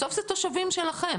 בסוף זה תושבים שלכם.